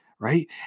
right